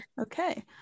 Okay